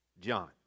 John